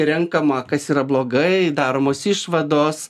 renkama kas yra blogai daromos išvados